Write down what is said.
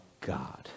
God